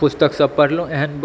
पुस्तक सब पढ़लहुँ एहन